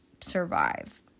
survive